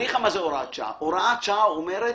הוראת שעה, זאת אומרת,